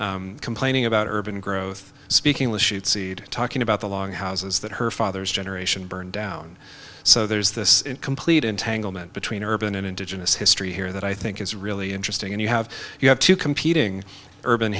woman complaining about urban growth speak english it seed talking about the long houses that her father's generation burned down so there's this complete entanglement between urban and indigenous history here that i think is really interesting and you have you have two competing urban